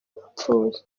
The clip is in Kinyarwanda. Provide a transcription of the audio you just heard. apfuye